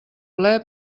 ple